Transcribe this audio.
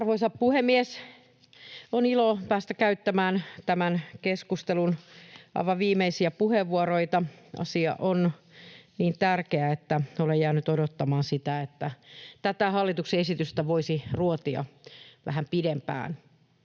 Arvoisa puhemies! On ilo päästä käyttämään tämän keskustelun aivan viimeisiä puheenvuoroja. Asia on niin tärkeä, että olen jäänyt odottamaan sitä, että tätä hallituksen esitystä voisi ruotia vähän pidempään.